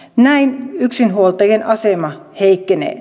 näin yksinhuoltajien asema heikkenee